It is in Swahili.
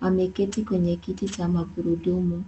ameketi kwenye kiti cha magurudumu.